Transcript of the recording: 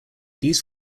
these